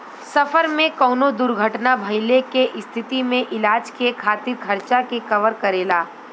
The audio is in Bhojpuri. सफर में कउनो दुर्घटना भइले के स्थिति में इलाज के खातिर खर्चा के कवर करेला